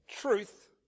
truth